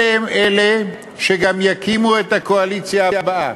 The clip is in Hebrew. אלה גם יקימו את הקואליציה הבאה.